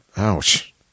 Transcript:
Ouch